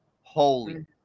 Holy